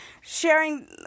sharing